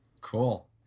Cool